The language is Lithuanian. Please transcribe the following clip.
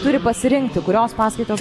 turi pasirinkti kurios paskaitos